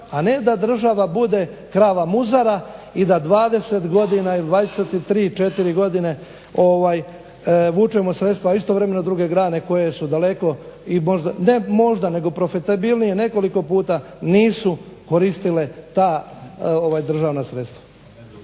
a ne da država bude krava muzara i da 20 godina ili 23, 4 godine vučemo sredstva, a istovremeno druge grane koje su daleko i možda, ne možda nego profitabilnije nekoliko puta nisu koristile ta državna sredstva.